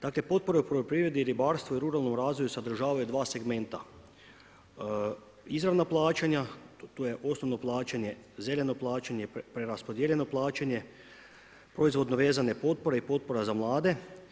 Dakle potpore u poljoprivredi i ribarstvu i ruralnom razvoju sadržavaju dva segmenta, izravna plaćanja, tu je osnovno plaćanje, željeno plaćanje, preraspodijeljeno plaćanje, proizvodno vezane potpore i potpora za mlade.